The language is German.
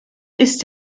ist